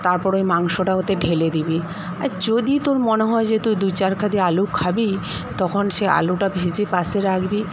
তারপরে ওই মাংসটা ওতে ঢেলে দিবি আর যদি তোর মনে হয় যে তুই দু চার খাদি আলু খাবি তখন সে আলুটা ভেজে পাশে রাখবি